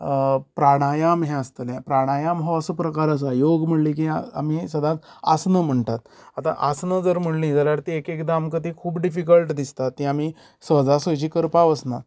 प्राणायम हे आसतले प्राणायम हो असो प्रकार आसा योग म्हणलो की आमी सदांच आसना म्हाणटात आसनां जर म्हणली जाल्यार ती एक एकदां आमकां खूब डिफीकल्ट दिसतात तर ती आमी सहजा सहजी करपाक वचना